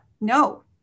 No